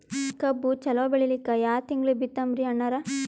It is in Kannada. ಕಬ್ಬು ಚಲೋ ಬೆಳಿಲಿಕ್ಕಿ ಯಾ ತಿಂಗಳ ಬಿತ್ತಮ್ರೀ ಅಣ್ಣಾರ?